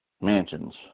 mansions